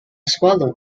swallow